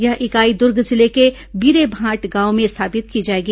यह इकाई दुर्ग जिले के बिरेभांठ गांव में स्थापित की जाएगी